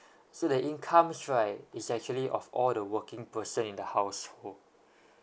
so the incomes right is actually of all the working person in the household